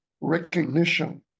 recognition